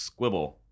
squibble